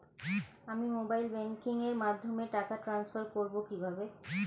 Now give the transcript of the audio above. আমি mobile banking এর মাধ্যমে টাকা টান্সফার করব কিভাবে?